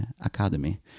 academy